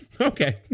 Okay